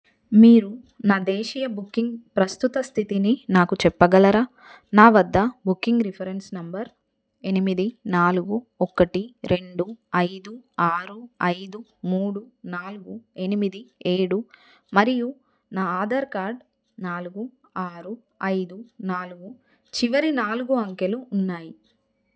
మీరు నా దేశీయ బుకింగ్ ప్రస్తుత స్థితిని నాకు చెప్పగలరా నా వద్ద బుకింగ్ రిఫరెన్స్ నంబర్ ఎనిమిది నాలుగు ఒకటి రెండు ఐదు ఆరు ఐదు మూడు నాలుగు ఎనిమిది ఏడు మరియు నా ఆధార్ కార్డ్ నాలుగు ఆరు ఐదు నాలుగు చివరి నాలుగు అంకెలు ఉన్నాయి